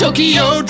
Tokyo